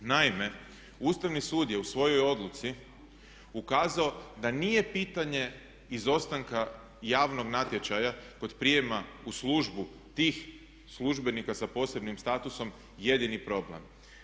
Naime, Ustavni sud je u svojoj odluci ukazao da nije pitanje izostanka javnog natječaja kod prijema u službu tih službenika sa posebnim statusom jedini problem.